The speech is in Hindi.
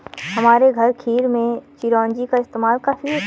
हमारे घर खीर में चिरौंजी का इस्तेमाल काफी होता है